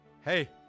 Hey